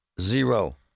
zero